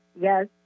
yes